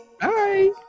Bye